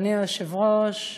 אדוני היושב-ראש,